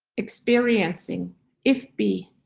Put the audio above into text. experiencing if be,